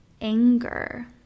anger